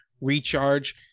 recharge